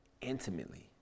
Intimately